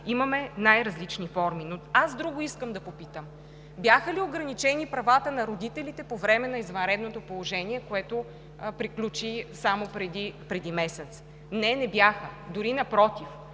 имаме най-различни форми. Но аз друго искам да попитам. Бяха ли ограничени правата на родителите по време на извънредното положение, което приключи само преди месец? Не, не бяха! Дори, напротив,